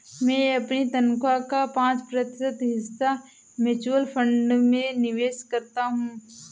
मैं अपनी तनख्वाह का पाँच प्रतिशत हिस्सा म्यूचुअल फंड में निवेश करता हूँ